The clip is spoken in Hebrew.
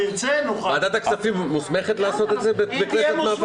ועדת הכספים מוסמכת לעשות את זה בכנסת?